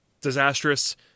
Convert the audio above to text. disastrous